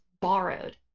borrowed